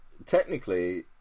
Technically